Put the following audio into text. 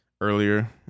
earlier